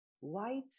white